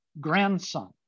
grandson